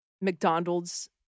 mcdonald's